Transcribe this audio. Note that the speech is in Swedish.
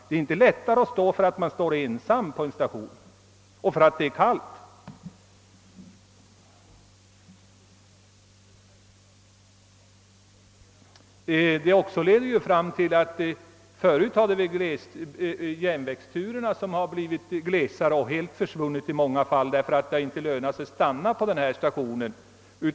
Det är emellertid inte lättare att stå utomhus och vänta för att man är ensam och för att det är kallt. Tågturerna har blivit glesare och i många fall helt försvunnit därför att det inte lönat sig att stanna vid en station.